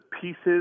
pieces